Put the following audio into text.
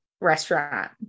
restaurant